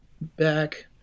back